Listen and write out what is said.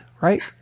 right